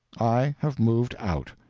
i have moved out.